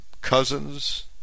cousins